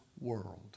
world